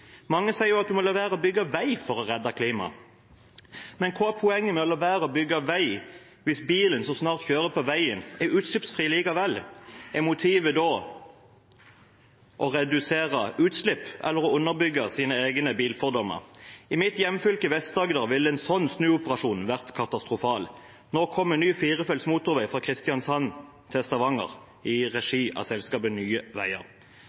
Mange sier at man må la være å bygge vei for å redde klimaet. Men hva er poenget med å la være å bygge vei hvis bilen som snart kjører på veien, er utslippsfri likevel? Er motivet da å redusere utslipp eller å underbygge sine egne bilfordommer? I mitt hjemfylke, Vest-Agder, ville en slik snuoperasjon vært katastrofal. Nå kommer det ny firefelts motorvei fra Kristiansand til Stavanger i regi av selskapet Nye Veier.